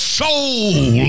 soul